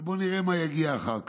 ובוא נראה מה יגיע אחר כך.